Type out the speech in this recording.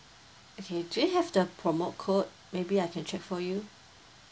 okay do you have the promo code maybe I can check for you